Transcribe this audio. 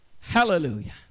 Hallelujah